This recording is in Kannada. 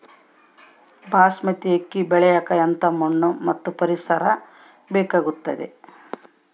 ಬಾಸ್ಮತಿ ಅಕ್ಕಿ ಬೆಳಿಯಕ ಎಂಥ ಮಣ್ಣು ಮತ್ತು ಪರಿಸರದ ಬೇಕಾಗುತೈತೆ?